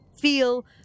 feel